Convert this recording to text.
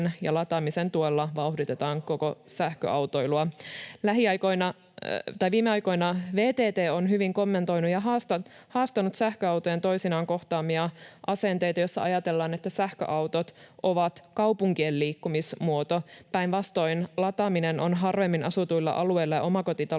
ja lataamisen tuella vauhditetaan koko sähköautoilua. Viime aikoina VTT on hyvin kommentoinut ja haastanut sähköautojen toisinaan kohtaamia asenteita, joissa ajatellaan, että sähköautot ovat kaupunkien liikkumismuoto. Päinvastoin: lataaminen on harvemmin asutuilla alueilla ja omakotitaloissa